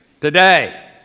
today